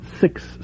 six